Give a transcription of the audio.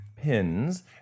pins